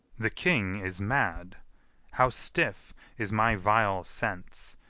the king is mad how stiff is my vile sense,